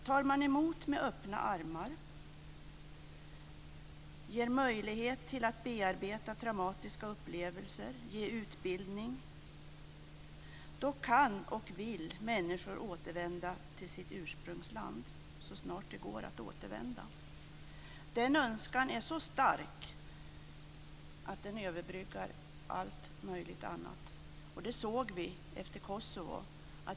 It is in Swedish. Tar man emot med öppna armar, ger man möjlighet att bearbeta traumatiska upplevelser, ger man utbildning så kan och vill människor återvända till sitt ursprungsland så snart det går att återvända. Den önskan är så stark att den överbryggar allt möjligt annat. Det såg vi efter Kosovo.